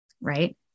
right